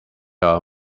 our